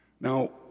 now